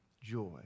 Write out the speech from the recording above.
joy